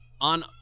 On